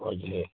okay